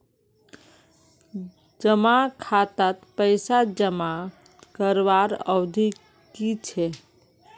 जमा खातात पैसा जमा करवार अवधि की छे?